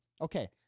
okay